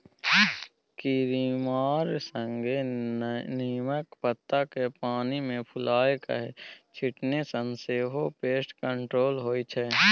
कीरामारा संगे नीमक पात केँ पानि मे फुलाए कए छीटने सँ सेहो पेस्ट कंट्रोल होइ छै